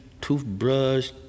toothbrush